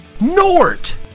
Nort